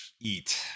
Eat